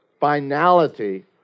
finality